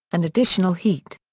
and additional heat.